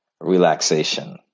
relaxation